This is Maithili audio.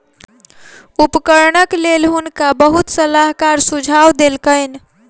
उपकरणक लेल हुनका बहुत सलाहकार सुझाव देलकैन